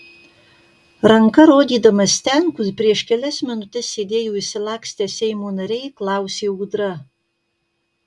ranka rodydamas ten kur prieš kelias minutes sėdėjo išsilakstę seimo nariai klausė ūdra